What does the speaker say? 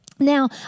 Now